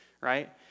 right